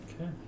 okay